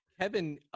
Kevin